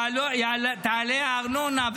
תעלה הארנונה.